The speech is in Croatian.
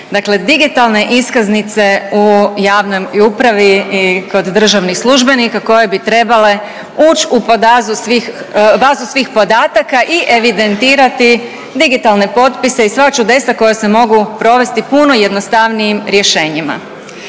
Dakle, digitalne iskaznice u javnoj upravi i kod državnih službenika koje bi trebale ući u bazu svih podataka i evidentirati digitalne potpise i sva čudesa koja se mogu provesti puno jednostavnijim rješenjima.